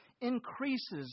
increases